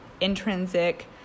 intrinsic